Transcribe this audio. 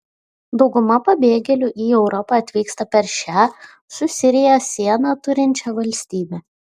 dauguma pabėgėlių į europą atvyksta per šią su sirija sieną turinčią valstybę